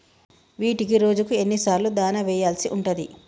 వీటికి రోజుకు ఎన్ని సార్లు దాణా వెయ్యాల్సి ఉంటది?